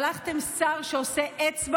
שלחתם שר שעושה אצבע